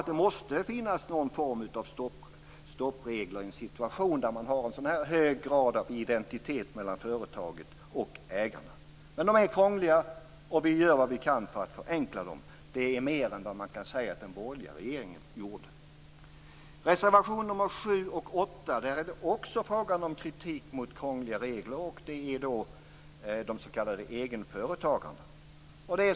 Det måste finnas någon form av stoppregler i en situation där man har en så hög grad av identitet mellan företaget och ägarna. Men reglerna är krångliga, och vi gör vad vi kan för att förenkla dem. Det är mer än vad man kan säga att den borgerliga regeringen gjorde. I reservationerna nr 7 och 8 är det också fråga om kritik mot krångliga regler. Det gäller de s.k. egenföretagarna.